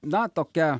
na tokia